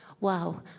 Wow